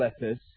letters